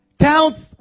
counts